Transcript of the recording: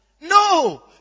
No